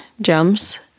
jumps